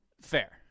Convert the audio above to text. Fair